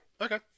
Okay